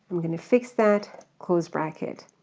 i'm gonna fix that, close bracket.